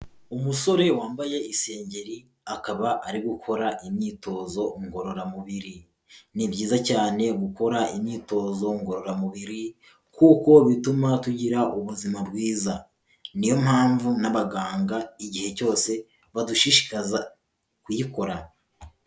Umusore wambaye isengeri akaba ari gukora imyitozo ngororamubiri, ni byiza cyane gukora imyitozo ngororamubiri kuko bituma tugira ubuzima bwiza niyo mpamvu n'abaganga igihe cyose badushishikaza kuyikora.